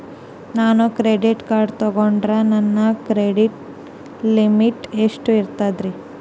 ನಾನು credit card ತೊಗೊಂಡ್ರ ನನ್ನ ಕ್ರೆಡಿಟ್ ಲಿಮಿಟ್ ಎಷ್ಟ ಇರ್ತದ್ರಿ?